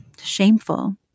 shameful